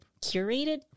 curated